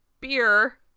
beer